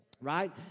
Right